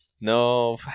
No